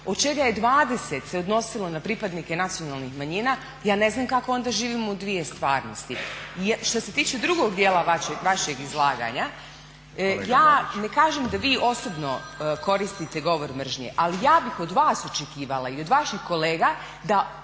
od čega je 20 se odnosilo na pripadnike nacionalnih manjina ja ne znam kako onda živimo u dvije stvarnosti? Što se tiče drugog dijela vašeg izlaganja ja ne kažem da vi osobno koristite govor mržnje ali ja bih od vas očekivala i od vaših kolega da